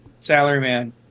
salaryman